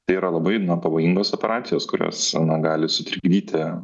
tai yra labai na pavojingos operacijos kurios na gali sutrikdyti